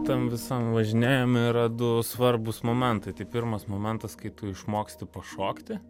tam visam važinėjime yra du svarbūs momentai tai pirmas momentas kai tu išmoksti pašokti